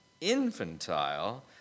infantile